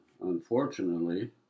Unfortunately